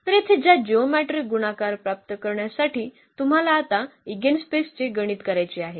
तर येथे ज्या जिओमेट्रीक गुणाकार प्राप्त करण्यासाठी तुम्हाला आता ईगेनस्पेसचे गणित करायचे आहे